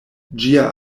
ĝia